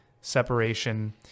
separation